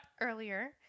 earlier